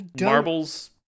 marbles